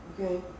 okay